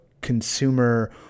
consumer